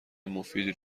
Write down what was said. مفیدی